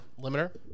limiter